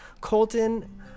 Colton